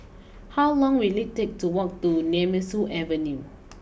how long will it take to walk to Nemesu Avenue